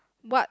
what